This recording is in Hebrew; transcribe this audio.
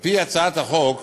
על-פי הצעת החוק,